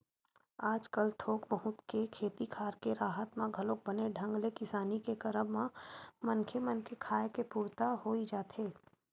आजकल थोक बहुत के खेती खार के राहत म घलोक बने ढंग ले किसानी के करब म मनखे मन के खाय के पुरता होई जाथे